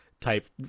Type